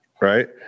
right